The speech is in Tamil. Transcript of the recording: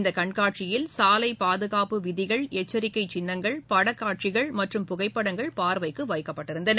இந்த கண்காட்சியில் சாலை பாதுகாப்பு விதிகள் எச்சரிக்கை சின்னங்கள் படக்காட்சிகள் மற்றும் புகைப்படங்கள் பார்வைக்கு வைக்கப்பட்டிருந்தன